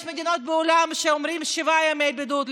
יש מדינות בעולם שבהן אומרים שבעה ימי בידוד.